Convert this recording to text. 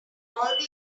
all